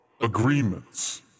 agreements